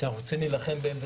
ואנחנו רוצים להילחם בהן.